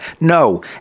No